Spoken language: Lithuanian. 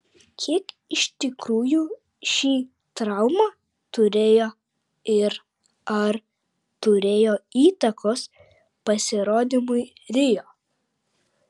kiek iš tikrųjų šį trauma turėjo ir ar turėjo įtakos pasirodymui rio